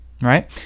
right